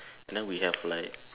and then we have like